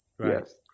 Yes